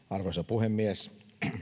arvoisa puhemies